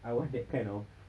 I want that kind of